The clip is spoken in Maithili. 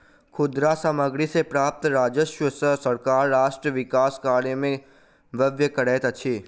खुदरा सामग्री सॅ प्राप्त राजस्व सॅ सरकार राष्ट्र विकास कार्य में व्यय करैत अछि